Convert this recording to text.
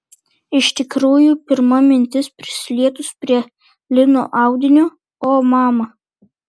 iš tikrųjų pirma mintis prisilietus prie lino audinio o mama